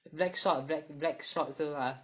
BlackShot Bl~ BlackShot 是吗